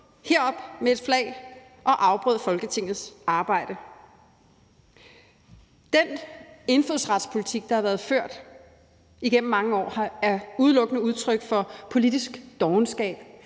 deroppe med et flag og afbrød Folketingets arbejde. Den indfødsretspolitik, der har været ført igennem mange år, er udelukkende udtryk for politisk dovenskab.